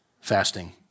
fasting